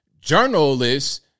journalists